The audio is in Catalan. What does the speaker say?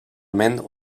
ment